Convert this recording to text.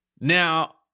Now